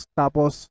tapos